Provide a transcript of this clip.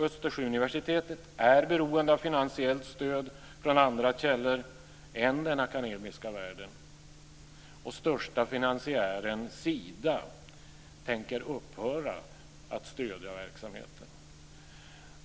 Östersjöuniversitetet är beroende av finansiellt stöd från andra källor än den akademiska världen. Men den största finansiären, Sida, tänker upphöra med att stödja verksamheten.